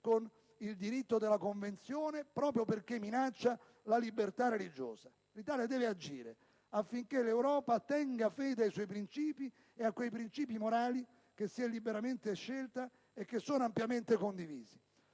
con il diritto della Convenzione, proprio perché minaccia la libertà religiosa. *(Applausi della senatrice Bonfrisco).* L'Italia deve agire affinché l'Europa tenga fede ai suoi principi, a quei principi morali che si è liberamente scelta e che sono ampiamente condivisi.